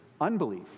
unbelief